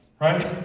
Right